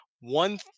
one